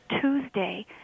Tuesday